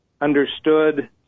understood